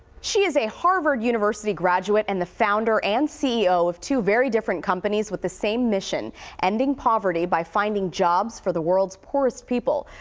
she is a harvard university graduate and the founder and c e o. of two very different companies with the same mission ending poverty by finding jobs for the world's poorest people.